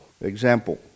Example